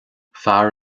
fear